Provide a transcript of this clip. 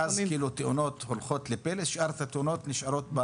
ואז חלק מהתאונות הולכות ל"פלס" ושאר התאונות נשארות ב...